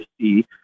see